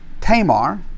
Tamar